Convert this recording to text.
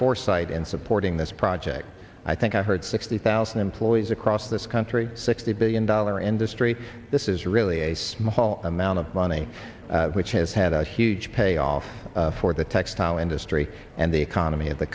foresight in supporting this project i think i heard sixty thousand employees across this country sixty billion dollar industry this is really a small amount of money which has had a huge payoff for the textile industry and the economy of the